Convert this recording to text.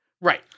Right